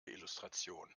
illustration